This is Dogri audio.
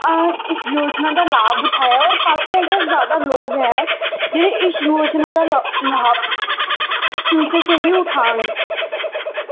हां इस योजना दा लाभ उठाया ऐ और काफी ऐसे जैदा लोग ऐं जेह्ड़े इस योजना दा लाभ फ्यूचर च बी उठान